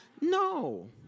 No